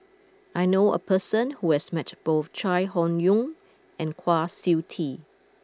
I knew a person who has met both Chai Hon Yoong and Kwa Siew Tee